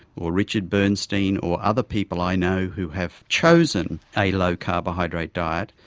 or richard bernstein or other people i know who have chosen a low carbohydrate diet,